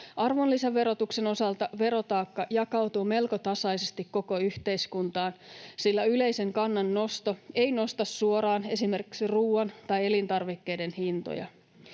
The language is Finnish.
Arvonlisäverotuksen osalta verotaakka jakautuu melko laajasti koko yhteiskuntaan, sillä yleisen kannan nosto ei nosta suoraan esimerkiksi ruoan tai elintarvikkeiden hintoja.